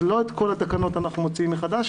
אז לא את כל התקנות אנחנו מוציאים מחדש,